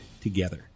together